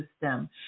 system